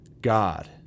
God